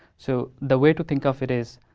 so, the way to think of it is,